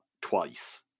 twice